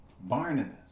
Barnabas